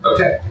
Okay